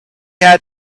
had